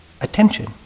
attention